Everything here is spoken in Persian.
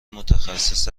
متخصص